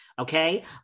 Okay